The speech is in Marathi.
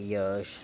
यश